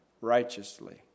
righteously